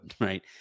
right